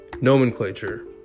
Nomenclature